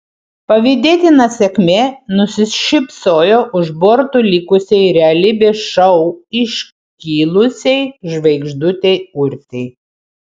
pavydėtina sėkmė nusišypsojo už borto likusiai realybės šou iškilusiai žvaigždutei urtei